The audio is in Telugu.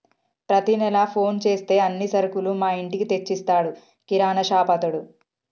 ప్రతి నెల ఫోన్ చేస్తే అన్ని సరుకులు మా ఇంటికే తెచ్చిస్తాడు కిరాణాషాపతడు